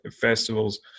festivals